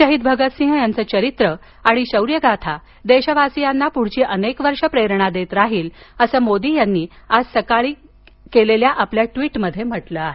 शहीद भगतसिंग यांचं चरित्र आणि शौर्यगाथा देशवासियांना प्ढची अनेक वर्षं प्रेरणा देत राहील असं मोदी यांनी आज सकाळी आपल्या ट्वीटर संदेशात म्हटलं आहे